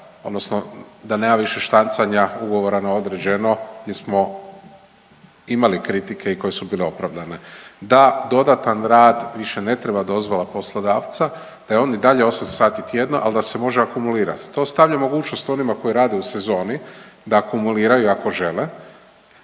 odnosno da nema više štancanja ugovora na određeno gdje smo imali kritike koje su bile opravdane. Da, dodatan rad više ne treba dozvola poslodavca. On je i dalje 8 sati tjedno, ali da se može akumulirati. To ostavlja mogućnost onima koji rade u sezoni, da akumuliraju ako žele,